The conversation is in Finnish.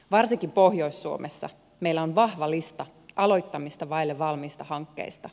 varsinkin pohjois suomessa meillä on vahva lista aloittamista vaille valmiista hankkeista